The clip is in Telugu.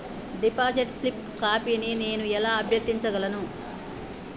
డిపాజిట్ స్లిప్ కాపీని నేను ఎలా అభ్యర్థించగలను?